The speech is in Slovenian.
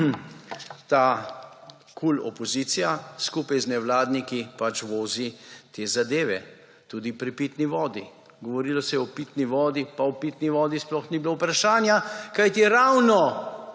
ta KULopozicija skupaj z nevladniki vozi te zadeve. Tudi pri pitni vodi. Govorilo se je o pitni vodi pa o pitni vodi sploh ni bilo vprašanja, kajti ravno